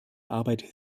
arbeit